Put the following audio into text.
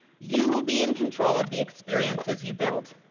you will be in control of the experiences you build.